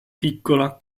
piccola